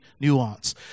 nuance